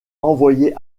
envoyé